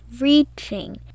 reaching